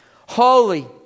holy